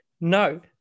No